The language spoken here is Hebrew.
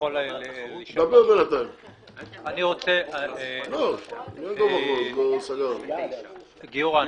אני רוצה להיות ברור, גיורא.